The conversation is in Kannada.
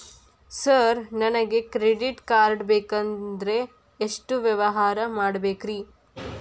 ಸರ್ ನನಗೆ ಕ್ರೆಡಿಟ್ ಕಾರ್ಡ್ ಬೇಕಂದ್ರೆ ಎಷ್ಟು ವ್ಯವಹಾರ ಮಾಡಬೇಕ್ರಿ?